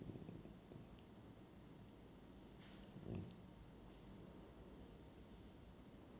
mm